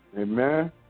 amen